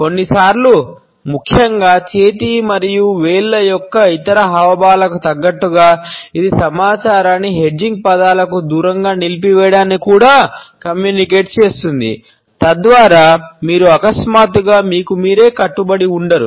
కొన్నిసార్లు ముఖ్యంగా చేతి మరియు వేళ్ల యొక్క ఇతర హావభావాలకు తగ్గట్లుగా ఇది సమాచారాన్ని హెడ్జింగ్ చేస్తుంది తద్వారా మీరు అకస్మాత్తుగా మీకుమీరే కట్టుబడి ఉండరు